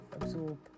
absorb